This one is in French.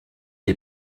les